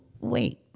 wait